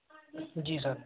जी sir